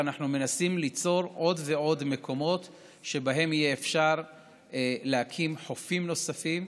אנחנו מנסים ליצור עוד ועוד מקומות שבהם יהיה אפשר להקים חופים נוספים.